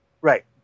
Right